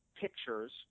pictures